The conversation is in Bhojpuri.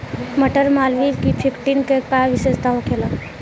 मटर मालवीय फिफ्टीन के का विशेषता होखेला?